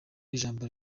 n’ijambo